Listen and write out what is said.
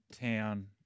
town